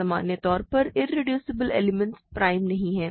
सामान्य तौर पर इरेड्यूसिबल एलिमेंट्स प्राइम नहीं हैं